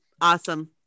Awesome